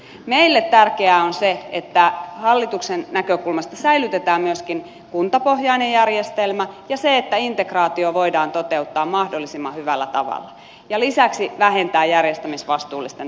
meille tärkeää on se että hallituksen näkökulmasta säilytetään myöskin kuntapohjainen järjestelmä ja se että integraatio voidaan toteuttaa mahdollisimman hyvällä tavalla ja lisäksi vähentää järjestämisvastuullisten tahojen määrää